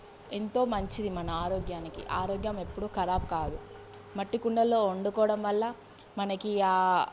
ఎంతో మంచిది మన ఆరోగ్యానికి ఆరోగ్యం ఎప్పుడూ ఖరాబు కాదు మట్టి కుండల్లో వండుకోవడం వల్ల మనకి